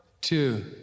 two